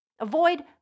Avoid